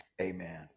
Amen